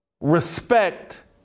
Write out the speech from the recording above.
Respect